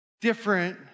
different